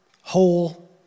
whole